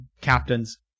captains